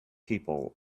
people